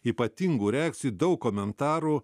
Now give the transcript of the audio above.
ypatingų reakcijų daug komentarų